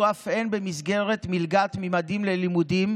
אף הן במסגרת מלגת ממדים ללימודים,